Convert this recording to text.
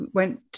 went